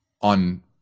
on